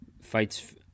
fights